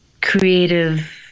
Creative